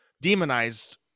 demonized